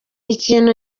ikintu